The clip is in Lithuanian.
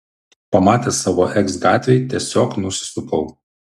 pamatęs savo eks gatvėj tiesiog nusisukau